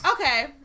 Okay